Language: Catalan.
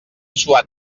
suat